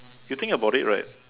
you think about it right